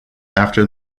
after